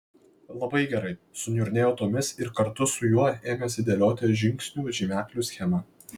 labai gerai suniurnėjo tomis ir kartu su juo ėmėsi dėlioti žingsnių žymeklių schemą